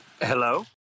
Hello